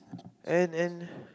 and and